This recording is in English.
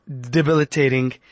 debilitating